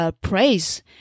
Praise